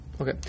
Okay